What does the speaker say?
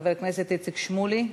חבר הכנסת איציק שמולי,